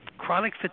Chronic